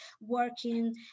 working